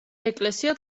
ეკლესია